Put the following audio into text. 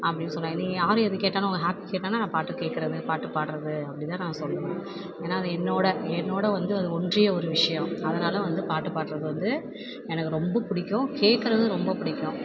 அப்படின்னு சொல்லலாம் நீங்கள் யாரு எது கேட்டாலும் உங்கள் ஹாபிட் கேட்டாங்கன்னா நான் பாட்டு கேட்குறது பாட்டு பாடுறது அப்படி தான் நான் சொல்லுவேன் ஏன்னா அது என்னோட என்னோட வந்து அது ஒன்றிய ஒரு விஷயம் அதனால வந்து பாட்டு பாடுறது வந்து எனக்கு ரொம்ப பிடிக்கும் கேட்குறது ரொம்ப பிடிக்கும்